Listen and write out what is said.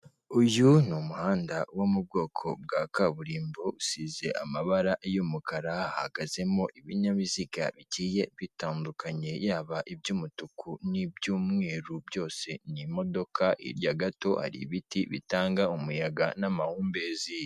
Uyu ni umuhanda wo mu bwoko bwa kaburimbo, usize amabara y'umukara, hahagazemo ibinyabiziga bigiye bitandukanye, yaba iby'umutuku n'ibyumweru, byose ni imodoka, hirya gato hari ibiti bitanga umuyaga n'amahumbezi.